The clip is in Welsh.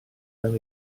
gael